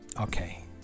Okay